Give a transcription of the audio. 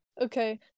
okay